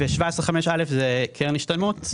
ו-17(5א) זה קרן השתלמות.